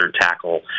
tackle